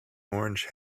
orange